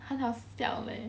很好笑 eh